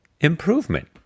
improvement